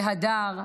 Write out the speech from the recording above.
בהדר,